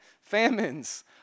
famines